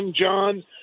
John